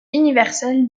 universel